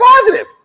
positive